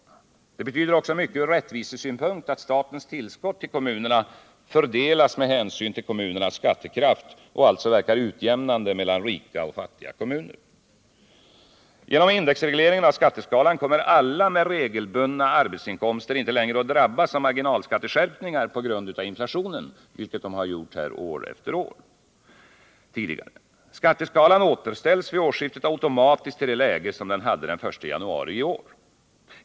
Det betyder också mycket ur rättvisesynpunkt, att statens tillskott till kommunerna fördelats med hänsyn till kommunernas skattekraft och alltså verkar utjämnande mellan rika och fattiga kommuner. Genom indexregleringen av skatteskalan kommer alla med regelbundna arbetsinkomster inte längre att drabbas av marginalskatteskärpningar på grund av inflationen, vilket tidigare skett år efter år. Skatteskalan återställs vid årsskiftet automatiskt till det läge som den hade den 1 januari i år.